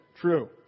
true